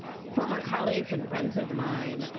former colleagues and friends of mine